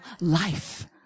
life